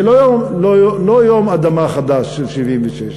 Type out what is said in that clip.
זה לא יום אדמה חדש של 1976,